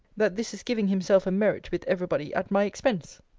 that this is giving himself a merit with every body at my expense?